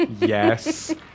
Yes